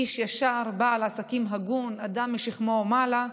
איש ישר ובעל עסקים הגון, אדם משכמו ומעלה,